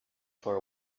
for